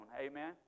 Amen